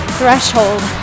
threshold